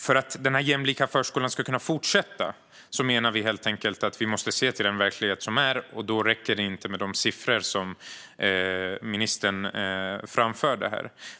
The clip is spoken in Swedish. För att den här jämlika förskolan ska kunna fortsätta menar vi helt enkelt att vi måste se till den verklighet som finns. Då räcker det inte med de siffror som ministern framförde.